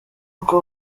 uko